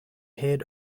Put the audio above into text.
head